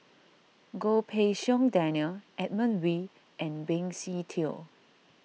Goh Pei Siong Daniel Edmund Wee and Benny Se Teo